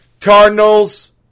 Cardinals